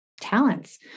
talents